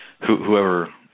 whoever